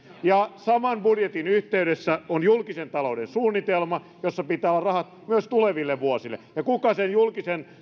saman budjetin yhteydessä on julkisen talouden suunnitelma jossa pitää olla rahat myös tuleville vuosille ja kuka sen julkisen